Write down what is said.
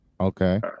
Okay